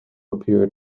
appeared